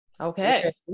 Okay